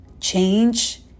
Change